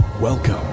Welcome